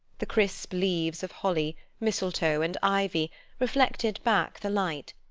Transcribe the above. the crisp leaves of holly, mistletoe, and ivy reflected back the light,